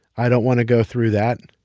i don't want to go through that.